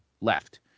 left